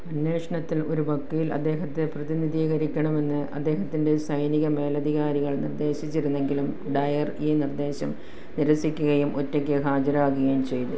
അന്വേഷണത്തിൽ ഒരു വക്കീല് അദ്ദേഹത്തെ പ്രതിനിധീകരിക്കണമെന്ന് അദ്ദേഹത്തിന്റെ സൈനിക മേലധികാരികൾ നിർദ്ദേശിച്ചിരുന്നെങ്കിലും ഡയർ ഈ നിർദ്ദേശം നിരസിക്കുകയും ഒറ്റയ്ക്ക് ഹാജരാകുകയും ചെയ്തു